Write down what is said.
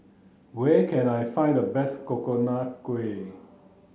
where can I find the best coconut Kuih